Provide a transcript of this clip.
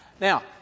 Now